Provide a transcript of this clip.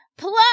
Plus